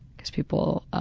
because people